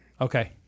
Okay